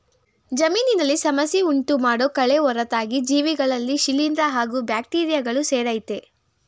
ಜಮೀನಿನಲ್ಲಿ ಸಮಸ್ಯೆ ಉಂಟುಮಾಡೋ ಕಳೆ ಹೊರತಾಗಿ ಜೀವಿಗಳಲ್ಲಿ ಶಿಲೀಂದ್ರ ಹಾಗೂ ಬ್ಯಾಕ್ಟೀರಿಯಗಳು ಸೇರಯ್ತೆ